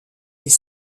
les